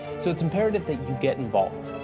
so it's imperative that you get involved.